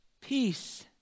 Peace